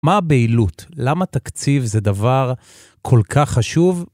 מה הבהילות? למה תקציב זה דבר כל כך חשוב?